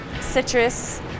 Citrus